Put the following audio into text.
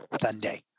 Sunday